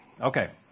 Okay